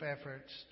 efforts